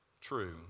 true